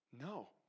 No